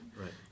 Right